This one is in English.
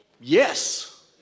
yes